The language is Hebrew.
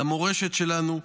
למורשת שלנו,